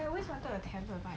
I always wanted a tablet